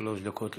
שלוש דקות לרשותך,